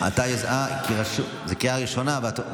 זו קריאה ראשונה.